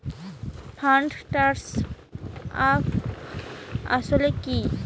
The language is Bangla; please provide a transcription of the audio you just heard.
ফান্ড ট্রান্সফার আসলে কী?